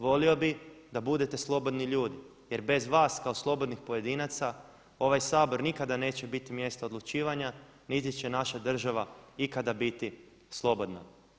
Volio bi da budete slobodno ljudi jer bez vas kao slobodnih pojedinaca ovaj Sabor nikada neće biti mjesto odlučivanja niti će naša država ikada biti slobodna.